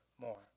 more